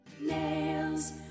Nails